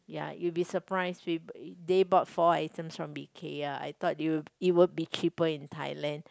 ya you'll be surprised they bought four items from Ikea I thought it will it would be cheaper in Thailand